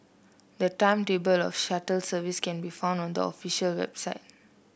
the timetable of the shuttle service can be found on the official website